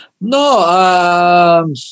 No